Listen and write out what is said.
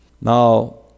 Now